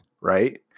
right